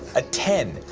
a ten,